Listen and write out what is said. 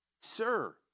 Sir